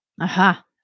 Aha